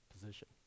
position